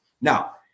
Now